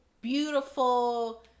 beautiful